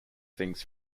things